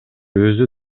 өзү